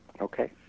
Okay